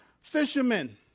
fishermen